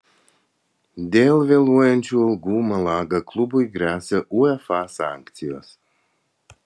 dėl vėluojančių algų malaga klubui gresia uefa sankcijos